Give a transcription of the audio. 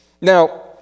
Now